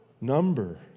Number